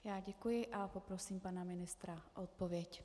Já děkuji a poprosím pana ministra o odpověď.